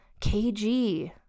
kg